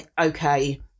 okay